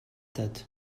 that